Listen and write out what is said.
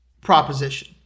proposition